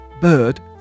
Bird